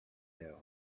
their